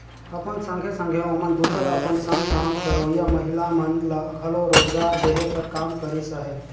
अपन संघे संघे ओमन दूसर अपन संग काम करोइया महिला मन ल घलो रोजगार देहे कर काम करिस अहे